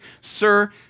sir